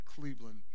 Cleveland